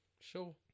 Sure